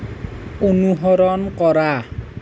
অনুসৰণ কৰা